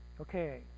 Okay